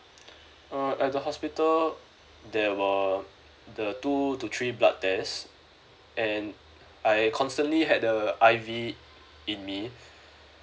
uh at the hospital there were the two to three blood test and I constantly had the I_V in me